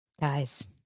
Guys